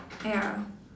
ya